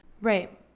Right